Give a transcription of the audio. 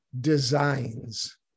designs